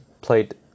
played